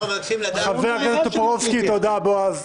תודה, בועז.